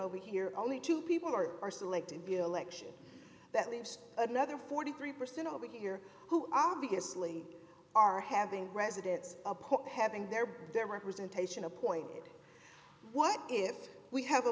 over here only two people are are selected be election that leaves another forty three percent over here who obviously are having residents having their their workers in taishan appointed what if we have a